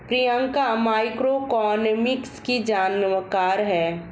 Priyanka macroeconomics की जानकार है